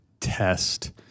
test